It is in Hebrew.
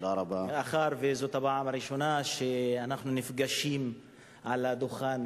מאחר שזוהי הפעם הראשונה שאנחנו נפגשים על הדוכן,